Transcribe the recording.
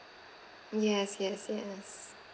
yes yes yes